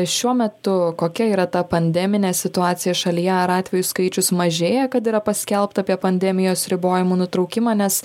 šiuo metu kokia yra ta pandeminė situacija šalyje ar atvejų skaičius mažėja kad yra paskelbta apie pandemijos ribojimų nutraukimą nes